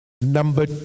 Number